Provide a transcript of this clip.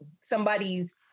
somebody's